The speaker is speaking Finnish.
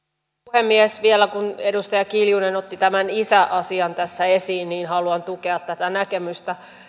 puhemies vielä kun edustaja kiljunen otti tämän isäasian tässä esiin haluan tukea tätä näkemystä